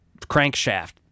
crankshaft